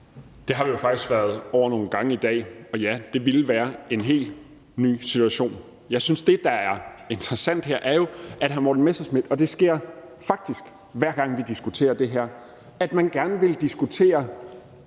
Det har vi jo faktisk været inde over nogle gange i dag, og ja, det ville være en helt ny situation. Jeg synes, at det, der er interessant her, er, at hr. Morten Messerschmidt – og det sker faktisk, hver gang vi diskuterer det her – gerne vil diskutere